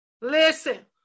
Listen